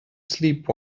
sleep